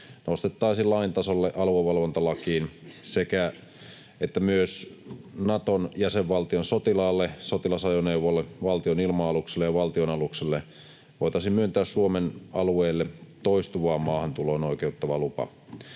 nostettaisiin lain tasolle aluevalvontalakiin ja että myös Naton jäsenvaltion sotilaalle, sotilasajoneuvolle, valtionilma-alukselle ja valtionalukselle voitaisiin myöntää Suomen alueelle toistuvaan maahantuloon oikeuttava lupa.